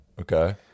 okay